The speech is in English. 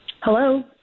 Hello